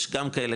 יש גם כאלה,